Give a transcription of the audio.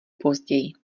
později